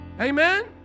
Amen